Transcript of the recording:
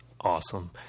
awesome